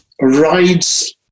rides